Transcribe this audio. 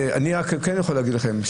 אני אומר עכשיו משהו אישי.